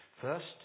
First